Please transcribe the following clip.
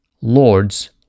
lord's